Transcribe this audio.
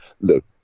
look